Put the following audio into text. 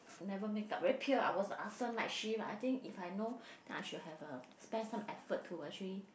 never makeup very pale I was after night shift I think if I know then I should have uh spend some effort to actually